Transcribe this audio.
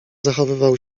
zachowywał